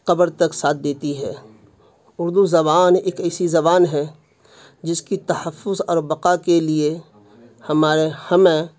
قبر تک ساتھ دیتی ہے اردو زبان ایک ایسی زبان ہے جس کی تحفظ اور بقا کے لیے ہمارے ہمیں